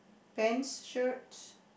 pants shirt